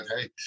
hey